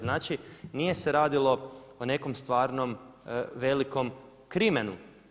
Znači nije se radilo o nekom stvarnom velikom krimenu.